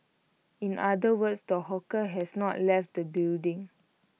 in other words the hawker has not left the building